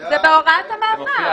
זה בהוראת המעבר.